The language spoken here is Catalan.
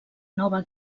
nova